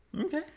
Okay